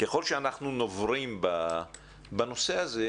ככל שאנחנו נוברים בנושא הזה,